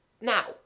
Now